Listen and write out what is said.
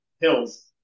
hills